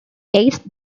eighth